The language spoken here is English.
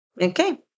okay